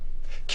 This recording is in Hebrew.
בעבודה.